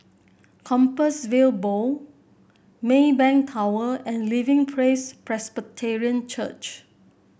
Compassvale Bow Maybank Tower and Living Praise Presbyterian Church